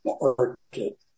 market